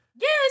Yes